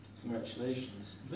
Congratulations